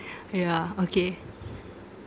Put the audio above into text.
yeah okay